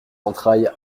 entrailles